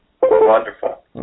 Wonderful